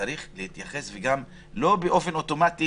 צריך שזה לא יהיה משהו שפועל באופן אוטומטי